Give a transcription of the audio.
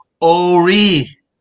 Ori